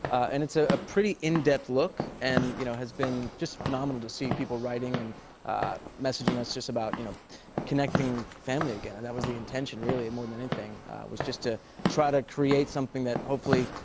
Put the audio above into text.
and it's a pretty in-depth look and, you know, has been just phenomenal to see people writing and messaging us about you know connecting family again. and that was the intention, really, more than anything was just to try to create something that hopefully,